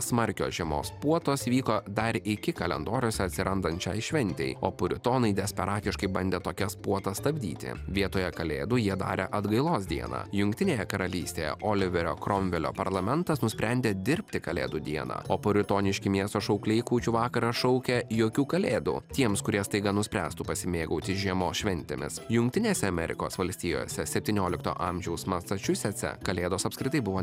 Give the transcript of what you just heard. smarkios žiemos puotos vyko dar iki kalendoriuose atsirandant šiai šventei o puritonai desperatiškai bandė tokias puotas stabdyti vietoje kalėdų jie darė atgailos dieną jungtinėje karalystėje oliverio kromvelio parlamentas nusprendė dirbti kalėdų dieną o puritoniški miesto šaukliai kūčių vakarą šaukia jokių kalėdų tiems kurie staiga nuspręstų pasimėgauti žiemos šventėmis jungtinėse amerikos valstijose septyniolikto amžiaus masačusetse kalėdos apskritai buvo